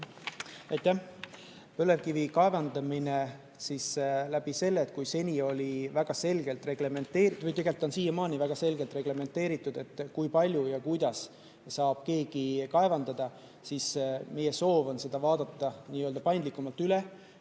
Põlevkivi kaevandamine oli seni väga selgelt reglementeeritud. Tegelikult on siiamaani väga selgelt reglementeeritud, kui palju ja kuidas saab keegi kaevandada. Meie soov on vaadata nii-öelda paindlikumalt üle,